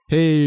Hey